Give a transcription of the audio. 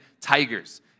tigers